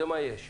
זה מה יש'.